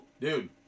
Dude